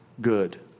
good